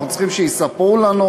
אנחנו צריכים שיספרו לנו,